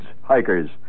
Hikers